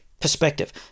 perspective